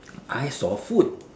I saw food